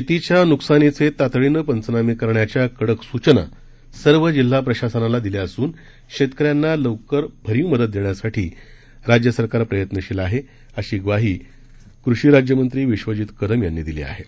शेतीच्या नुकसानीचे तातडीने पंचनामे करण्याच्या कडक सूचना सर्व जिल्हा प्रशासनाला दिल्या असून शेतकऱ्यांना लवकर भरीव मदत देण्यासाठी राज्य सरकार प्रयत्नशील आहे अशी ग्वाही कृषी राज्यमंत्री विश्वजीत कदम यांनी दिली आहे